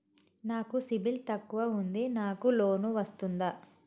నాకు సిబిల్ తక్కువ ఉంది నాకు లోన్ వస్తుందా?